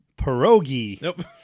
Pierogi